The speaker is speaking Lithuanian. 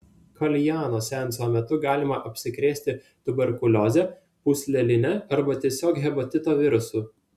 kaljano seanso metu galima apsikrėsti tuberkulioze pūsleline arba tiesiog hepatito virusu